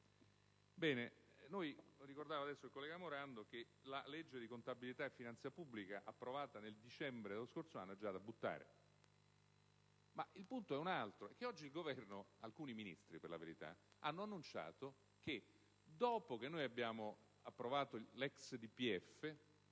Bene, lo ricordava adesso il collega Morando, la legge di contabilità e finanza pubblica approvata nel dicembre dello scorso anno è già da buttare. Ma il punto è un altro: oggi il Governo (alcuni Ministri, per la verità) ha annunciato che dopo che abbiamo approvato l'ex DPEF